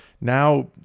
now